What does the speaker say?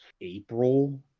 April